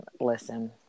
listen